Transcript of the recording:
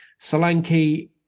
Solanke